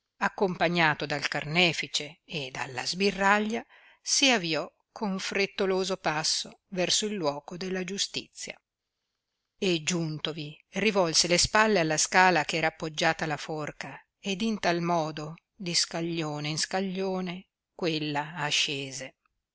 accompagnato dal carnefice e dalla sbirraglia si aviò con frettoloso passo verso il luoco della giustizia e giuntovi rivolse le spalle alla scala che era appoggiata alla forca ed in tal modo di scaglione in scaglione quella ascese